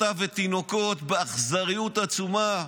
טף ותינוקות באכזריות עצומה,